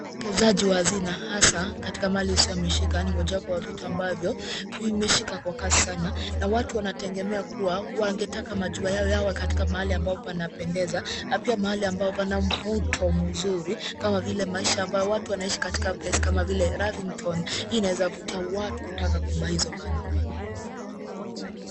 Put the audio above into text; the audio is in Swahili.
Uwekezaji wa hazina hasa katika mali isiyohamishika ni mojawapo ya vitu ambavyo vimeshika kwa kasi sana. Na watu wanategemea kuwa wangetaka majua yao yawe katika mahali ambapo panapendeza. Na pia mahali ambapo pana mvuto mzuri kama vile maisha ambayo watu wanaishi katika place kama vile Lavington. Hii inaweza vuta watu kutaka ku buy hizo manyumba.